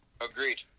Agreed